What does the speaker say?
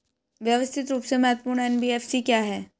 व्यवस्थित रूप से महत्वपूर्ण एन.बी.एफ.सी क्या हैं?